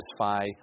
satisfy